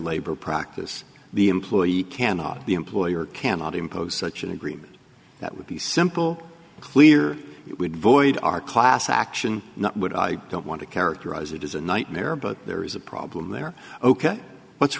labor practice the employee cannot the employer cannot impose such an agreement that would be simple clear it would void our class action not would i don't want to characterize it as a nightmare but there is a problem there ok what's